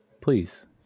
please